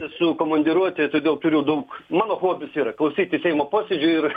esu komandiruotėj todėl turiu daug mano hobis yra klausyti seimo posėdžių ir